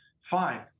fine